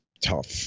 tough